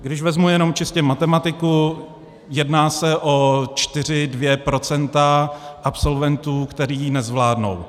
Když vezmu jenom čistě matematiku, jedná se o čtyři, dvě procenta absolventů, kteří ji nezvládnou.